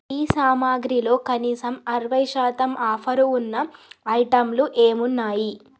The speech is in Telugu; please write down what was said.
టీ సామాగ్రిలో కనీసం అరవై శాతం ఆఫరు ఉన్న ఐటంలు ఏమి ఉన్నాయి